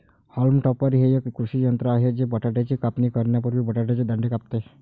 haulm topper हे एक कृषी यंत्र आहे जे बटाट्याची कापणी करण्यापूर्वी बटाट्याचे दांडे कापते